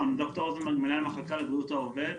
ד"ר רוזנברג הוא מנהל המחלקה לבריאות העובד,